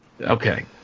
Okay